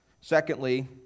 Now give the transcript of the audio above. Secondly